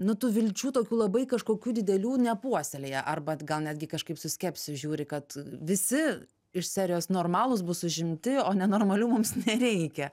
nu tų vilčių tokių labai kažkokių didelių nepuoselėja arba t gal netgi kažkaip su skepsiu žiūri kad visi iš serijos normalūs bus užimti o nenormalių mums nereikia